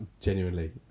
genuinely